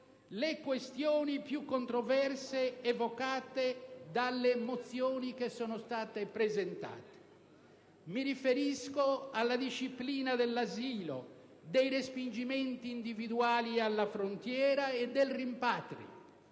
le questioni più controverse evocate dalle mozioni presentate. Mi riferisco alla disciplina dell'asilo, dei respingimenti individuali alla frontiera e del rimpatrio,